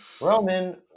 Roman